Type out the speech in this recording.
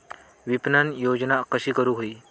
विपणन योजना कशी करुक होई?